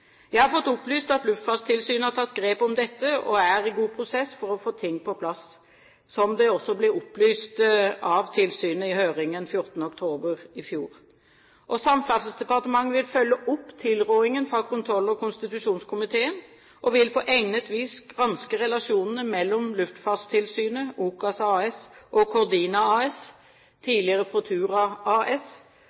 Jeg har fått opplyst at Luftfartstilsynet har tatt grep om dette og er i god prosess for å få ting på plass, som det også ble opplyst av tilsynet i høringen 14. oktober i fjor. Samferdselsdepartementet vil følge opp tilrådingen fra kontroll- og konstitusjonskomiteen og vil på egnet vis granske relasjonene mellom Luftfartstilsynet, OCAS AS og Cordina AS, tidligere Protura AS,